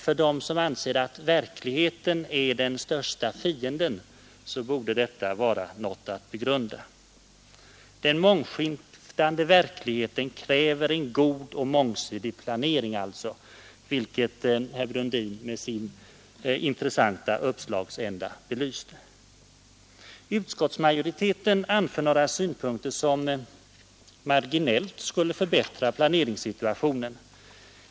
För dem som anser att verkligheten är den största fienden borde detta vara något att begrunda. Den mångskiftande verkligheten kräver just en god och mångsidig planering, vilket herr Brundin med sin intressanta uppslagsända belyste. Utskottsmajoriteten anför några synpunkter som marginellt skulle förbättra planeringssituationen.